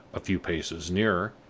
a few paces nearer,